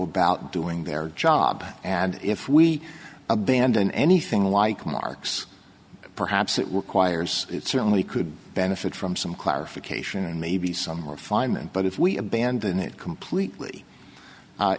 about doing their job and if we abandon anything like marks perhaps it requires it certainly could benefit from some clarification and maybe some refinement but if we abandon it completely